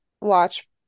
watch